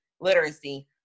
literacy